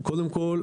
קודם כל,